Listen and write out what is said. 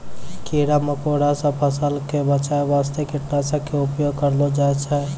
कीड़ा मकोड़ा सॅ फसल क बचाय वास्तॅ कीटनाशक के उपयोग करलो जाय छै